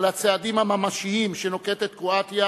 על הצעדים הממשיים שנוקטת קרואטיה